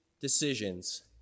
decisions